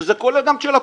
שזה של הקופות,